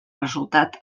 resultat